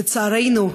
לצערנו,